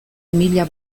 mila